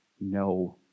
no